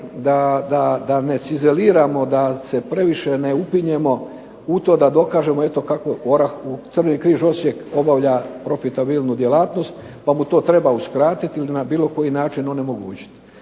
da ne cizeliramo, da se previše ne upinjemo u to da dokažemo eto kako Crveni križ Osijek obavlja profitabilnu djelatnost pa mu to treba uskratiti ili na bilo koji način onemogućiti.